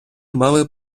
мали